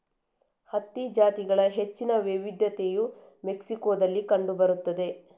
ಹತ್ತಿ ಜಾತಿಗಳ ಹೆಚ್ಚಿನ ವೈವಿಧ್ಯತೆಯು ಮೆಕ್ಸಿಕೋದಲ್ಲಿ ಕಂಡು ಬರುತ್ತದೆ